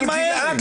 אבל גלעד,